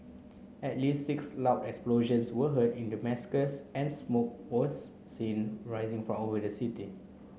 at least six loud explosions were heard in Damascus and smoke was seen rising for over the city